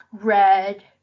Red